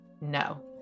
No